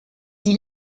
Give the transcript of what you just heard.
die